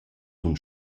sun